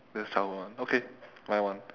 that's childhood [one] okay my one